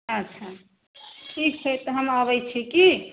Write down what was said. अच्छा ठीक छै तऽ हम अबैत छी की